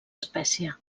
espècie